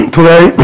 Today